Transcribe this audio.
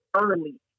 early